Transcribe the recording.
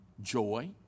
Joy